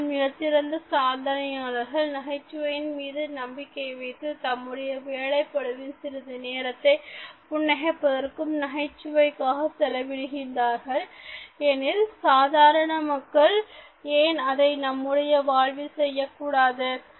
அதனால் மிகச்சிறந்த சாதனையாளர்கள் நகைச்சுவையின் மீது நம்பிக்கை வைத்து தம்முடைய வேலைப்பளுவின் சிறிது நேரத்தை புன்னகை பதற்கும் நகைச்சுவைக்காக செலவிடுகிறார்கள் எனில் சாதாரண மக்கள் ஏன் அதை தம்முடைய வாழ்வில் செய்யக்கூடாது